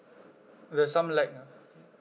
there's some lag ah